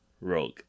Rogue